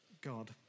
God